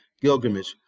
Gilgamesh